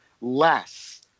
less